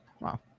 Wow